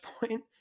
point